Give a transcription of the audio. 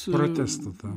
protestą tą